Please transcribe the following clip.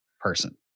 person